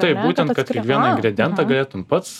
taip būtent kad kiekvieną ingridientą galėtum pats